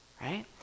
right